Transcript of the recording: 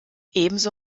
ebenso